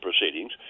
proceedings